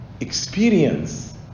experience